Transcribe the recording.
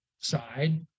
side